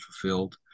fulfilled